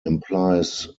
implies